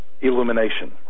illumination